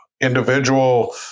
individual